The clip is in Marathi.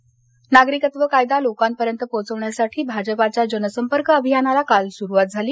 नागरिकत्व नागरिकत्व कायदा लोकांपर्यंत पोहोचवण्यासाठी भाजपाच्या जनसंपर्क अभियानाला काल सुरुवात झाली